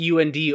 UND